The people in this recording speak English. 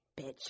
Bitch